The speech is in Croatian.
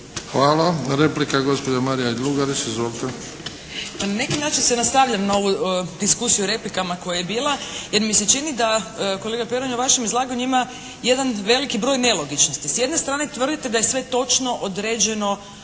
Hvala. Replika, gospođa Marija Lugarić. Izvolite.